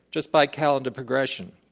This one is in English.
just by calendar progression.